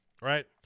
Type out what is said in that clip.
right